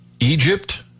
Egypt